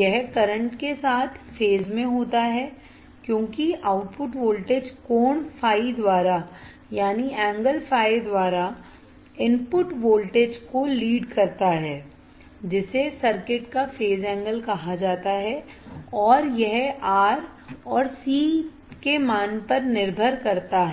यह करंट के साथ फेज में होता है क्योंकि आउटपुट वोल्टेज कोण phi द्वारा इनपुट वोल्टेज को लीड करता है जिसे सर्किट का फेज एंगल कहा जाता है और यह R और C पर निर्भर करता है